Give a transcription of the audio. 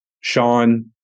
Sean